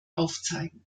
aufzeigen